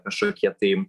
kažkokie tai